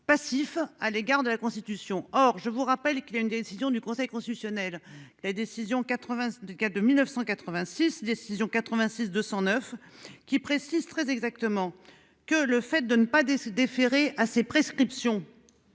Passif à l'égard de la Constitution. Or, je vous rappelle qu'il y a une décision du Conseil constitutionnel. La décision. 82 cas de 1986 décision 86 209 qui précise très exactement que le fait de ne pas de déférer à ses prescriptions.